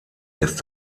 ist